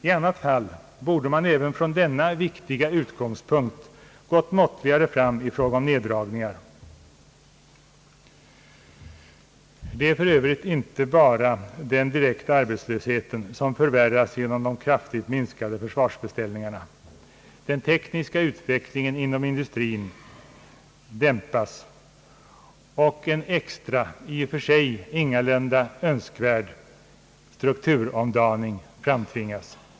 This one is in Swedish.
I annat fall borde man även från denna viktiga utgångspunkt ha gått fram med större måtta i fråga om neddragningarna. Det är för övrigt inte bara den direkta arbeislösheten som förvärras genom de kraftigt minskade försvarsbeställningarna, den tekniska utvecklingen inom industrin dämpas och en extra, i och för sig ingalunda önskvärd, strukturomdaning framtvingas.